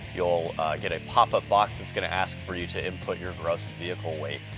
you'll get a pop-up box that's gonna ask for you to input your gross vehicle weight,